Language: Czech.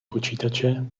počítače